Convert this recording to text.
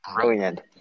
brilliant